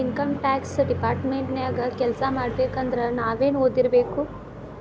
Income tax department ನ್ಯಾಗ್ ಕೆಲ್ಸಾಮಾಡ್ಬೇಕಂದ್ರ ನಾವೇನ್ ಒದಿರ್ಬೇಕು?